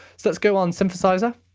so let's go on synthesiser